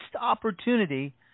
opportunity